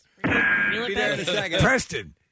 Preston